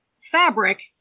fabric